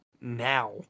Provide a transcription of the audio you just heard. now